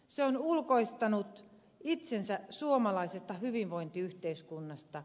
se on ulkoistanut itsensä suomalaisesta hyvinvointiyhteiskunnasta